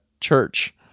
church